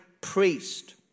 priest